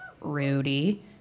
Rudy